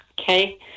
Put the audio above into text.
Okay